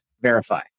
verify